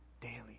daily